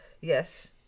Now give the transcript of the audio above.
yes